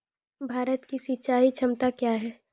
भारत की सिंचाई क्षमता क्या हैं?